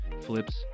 flips